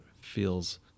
feels